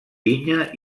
vinya